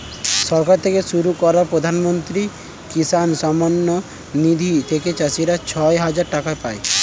সরকার থেকে শুরু করা প্রধানমন্ত্রী কিষান সম্মান নিধি থেকে চাষীরা ছয় হাজার টাকা পায়